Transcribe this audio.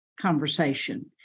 conversation